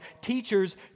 teachers